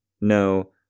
No